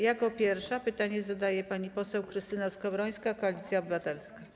Jako pierwsza pytanie zadaje pani poseł Krystyna Skowrońska, Koalicja Obywatelska.